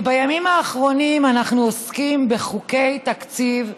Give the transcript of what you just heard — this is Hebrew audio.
כי בימים האחרונים אנחנו עוסקים בחוקי תקציב,